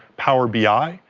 power bi,